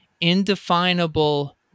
indefinable